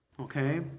Okay